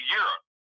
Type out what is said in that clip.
europe